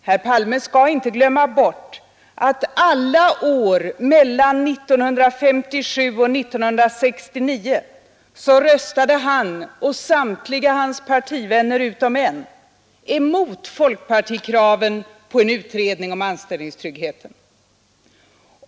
Herr Palme skall inte glömma att alla år mellan 1957 och 1969 röstade han och samtliga hans partivänner utom en mot folkpartikravet på en utredning om anställningstrygghet.